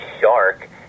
shark